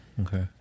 okay